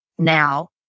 Now